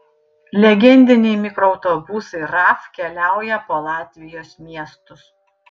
legendiniai mikroautobusai raf keliauja po latvijos miestus